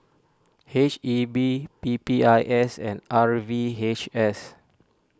H E B P P I S and R V H S